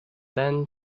then